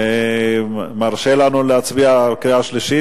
הוא מרשה לנו להצביע בקריאה שלישית,